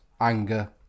anger